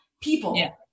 people